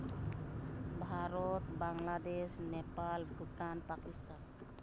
Bharat Bangladesh Nepal Bhutan Pakistan